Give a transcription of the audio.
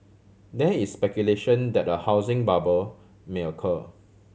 there is speculation that a housing bubble may occur